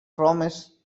promise